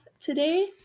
today